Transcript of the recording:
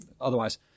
otherwise